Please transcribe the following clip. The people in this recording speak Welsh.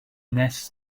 nes